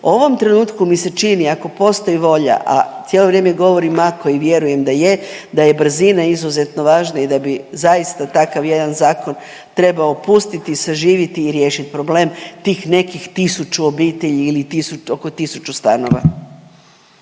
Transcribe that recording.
ovom trenutku mi se čini ako postoji volja, a cijelo vrijeme govorim ako i vjerujem da je, da je brzina izuzetno važna i da bi zaista takav jedan zakon trebao pustiti, saživiti i riješiti problem tih nekih tisuću obitelji ili oko tisuću stanova.